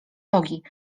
logii